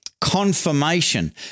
confirmation